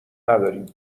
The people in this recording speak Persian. نداریم